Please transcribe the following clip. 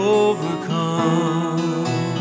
overcome